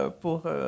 pour